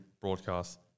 broadcast